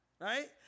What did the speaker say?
right